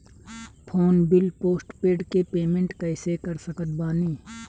Phone bill postpaid के payment कैसे कर सकत बानी?